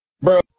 bro